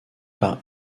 par